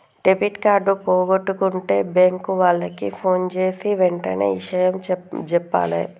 debit card పోగొట్టుకుంటే bank వాళ్లకి ఫోన్జేసి వెంటనే ఇషయం జెప్పాలే